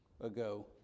ago